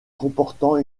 comportant